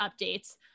updates